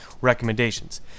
recommendations